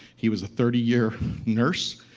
he was a thirty year nurse.